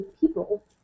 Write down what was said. people